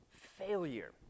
failure